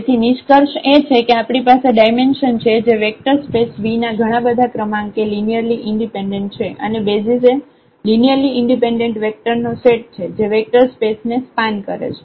તેથી નિષ્કર્ષ એ છે કે આપણી પાસે ડાયમેન્શન છે જે વેક્ટર સ્પેસ V ના ઘણાબધા ક્રમાંકે લિનિયરલી ઈન્ડિપેન્ડેન્ટ છે અને બેસિઝ એ લિનિયરલી ઈન્ડિપેન્ડેન્ટ વેક્ટર નો સેટ છે જે વેક્ટર સ્પેસ ને સ્પાન કરે છે